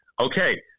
Okay